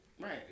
Right